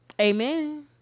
Amen